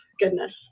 goodness